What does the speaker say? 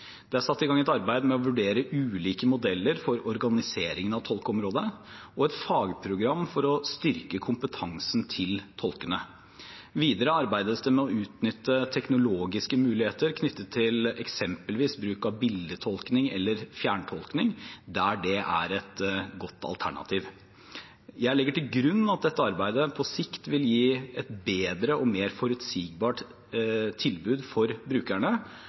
Det er satt i gang et arbeid med å vurdere ulike modeller for organiseringen av tolkeområdet og et fagprogram for å styrke kompetansen til tolkene. Videre arbeides det med å utnytte teknologiske muligheter knyttet til eksempelvis bruk av bildetolkning eller fjerntolkning, der det er et godt alternativ. Jeg legger til grunn at dette arbeidet på sikt vil gi et bedre og mer forutsigbart tilbud til brukerne,